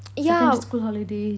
secondary school holiday